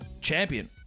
Champion